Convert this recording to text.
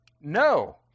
no